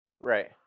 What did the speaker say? Right